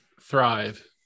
thrive